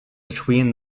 between